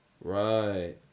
Right